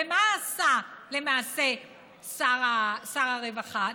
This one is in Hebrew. ומה עשה למעשה שר הרווחה?